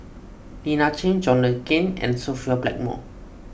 Lina Chiam John Le Cain and Sophia Blackmore